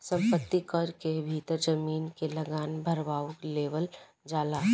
संपत्ति कर के भीतर जमीन के लागान भारवा लेवल जाला